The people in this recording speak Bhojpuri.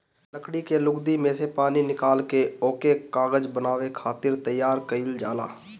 लकड़ी के लुगदी में से पानी निकाल के ओके कागज बनावे खातिर तैयार कइल जाला